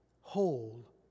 whole